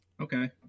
okay